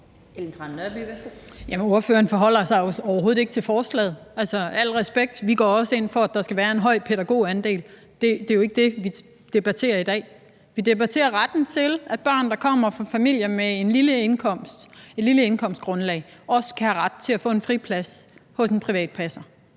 Ordføreren forholder sig jo overhovedet ikke til forslaget. Med al respekt, vi går også ind for, at der skal være en høj pædagogandel. Det er ikke det, vi debatterer i dag. Vi debatterer retten til, at børn, der kommer fra familier med et lille indkomstgrundlag, også kan have ret til at få en friplads hos en privat passer.